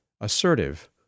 assertive